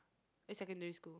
eh secondary school